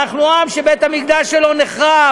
אנחנו עם שבית-המקדש שלו נחרב,